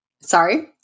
Sorry